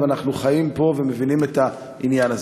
ואנחנו חיים פה ומבינים את העניין הזה.